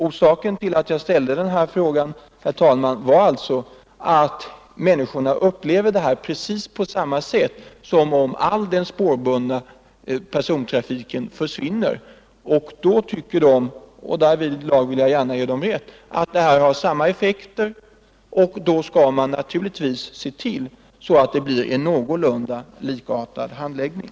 Orsaken till att jag ställde denna fråga var att människorna upplever det här precis på samma sätt som om all spårbunden persontrafik försvinner. De tycker — och därvidlag vill jag ge dem rätt — att detta har samma effekter, och då bör man naturligtvis se till att det blir en någorlunda likartad handläggning.